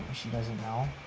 she doesn't know